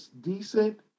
decent